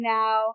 now